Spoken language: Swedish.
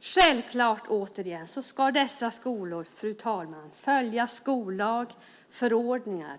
Fru talman! Självklart ska dessa skolor följa skollag och förordningar.